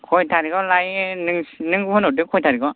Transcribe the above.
खय थारिकआव लायो नों होनहरदो खय थारिकआव